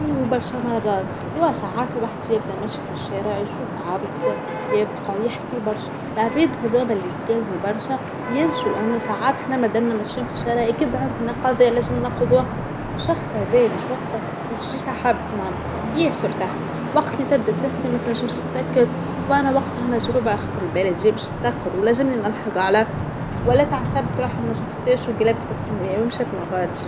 يوه برشا مرات هو ساعات الواحد فى يبدأ ماشى فى الشارع يشوف عبد يبقى يحكى برشا، العبيد هاذوما اللى يتكلموا برشا ينسوا، أنا ساعات أحنا مدانا ماشيين ف الشارع أكيد عندنا نضايا لازم ننقضوها، الشخص هذايا مش وقته ليش سحبت ماما، ياسر تحت وقت اللى تبدأ تحكى مثلا ليش تسكت وأنا وقتها مشغول بخاطر البلديه بيس يسكروا ولازملنا نلحق على ولا تعسب ترحب مشوفتهاش و جلبت فى النهاية ومشيت ماخدش.